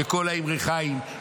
בקול ה"אמרי חיים",